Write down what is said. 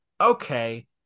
okay